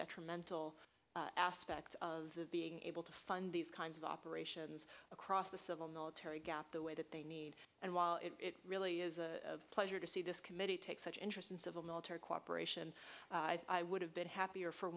detrimental aspects of being able to fund these kinds of operations across the civil military gap the way that they need and while it really is a pleasure to see this committee take such interest in civil military cooperation i would have been happier for